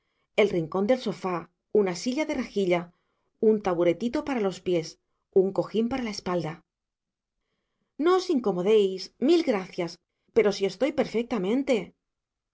el rincón del sofá una silla de rejilla un taburetito para los pies un cojín para la espalda no os incomodéis mil gracias pero si estoy perfectamente